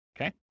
Okay